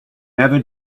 never